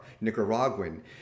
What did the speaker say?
Nicaraguan